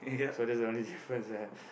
so that's the only difference I have